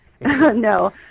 No